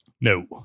No